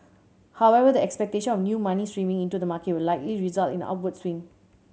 however the expectation of new money streaming into the market will likely result in an upward swing